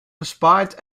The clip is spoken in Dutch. gespaard